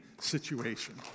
situation